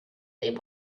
they